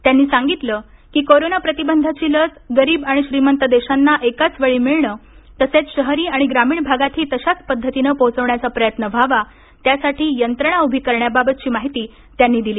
त्यांनी सांगितलं की कोरोना प्रतिबंधाची लस गरिब आणि श्रीमंत देशाना एकाच वेळी मिळण तसेच शहरी आणि ग्रामिण भागात ही तशाच पध्दतीने पोंहचण्याचा प्रयत्न व्हावा त्यासाठी यंत्रणा उभी करण्याबाबत ची माहिती त्यांनी दिली